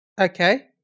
Okay